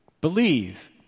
Believe